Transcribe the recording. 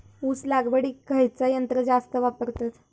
ऊस लावडीक खयचा यंत्र जास्त वापरतत?